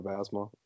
asthma